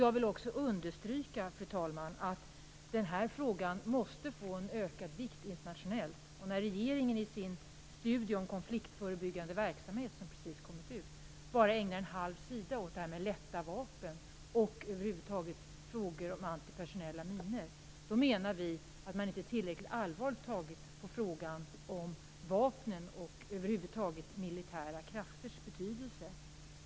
Jag vill också, fru talman, understryka att den här frågan måste få en ökad vikt internationellt. I regeringens studie om konfliktförebyggande verksamhet som precis kommit ut ägnar man bara en halv sida åt lätta vapen och åt frågor om antipersonella minor. Vi menar att man inte tagit tillräckligt allvarligt på frågan om vapen och militära krafters betydelse.